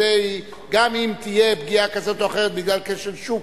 גם אם תהיה פגיעה כזאת או אחרת בגלל כשל שוק,